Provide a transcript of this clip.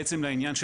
בעצם לעניין של